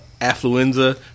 affluenza